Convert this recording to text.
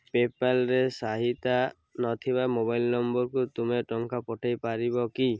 ପେପାଲ୍ରେ ସାଇତା ନଥିବା ମୋବାଇଲ ନମ୍ବରକୁ ତୁମେ ଟଙ୍କା ପଠାଇପାରିବ କି